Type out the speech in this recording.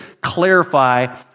clarify